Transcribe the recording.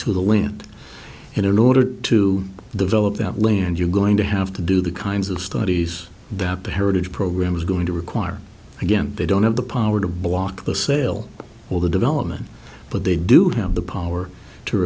to the land and in order to develop that land you're going to have to do the kinds of studies that the heritage program is going to require again they don't have the power to block the sale or the development but they do have the power to